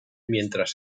mientras